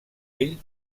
ell